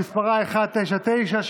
שמספרה פ/199/24,